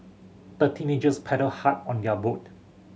the teenagers paddled hard on their boat